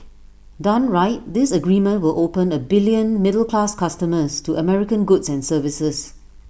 done right this agreement will open A billion middle class customers to American goods and services